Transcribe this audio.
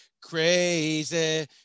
Crazy